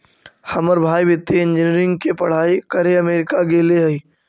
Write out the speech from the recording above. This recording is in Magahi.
हमर भाई वित्तीय इंजीनियरिंग के पढ़ाई करे अमेरिका गेले हइ